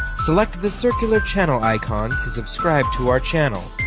select the circular channel icon to subscribe to our channel.